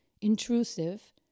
intrusive